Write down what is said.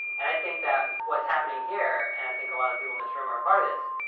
and i think that what's happening here, and i think a lot of people in this room are a part of this,